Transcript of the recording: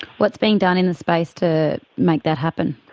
what's being done in the space to make that happen?